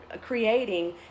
creating